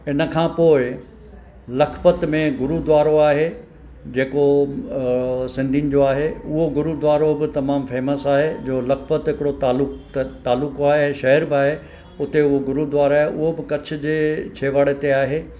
इन खां पोइ लखपत में गुरुद्वारो आहे जेको सिंधियुनि जो आहे उहो गुरुद्वारो बि तमामु फेमस आहे जो हिकिड़ो तालुक त तालुको आहे शहर बि आहे उते उहो गुरुद्वारो आहे आहे उहो त कच्छ जे छेवाड़े ते आहे